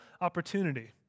opportunity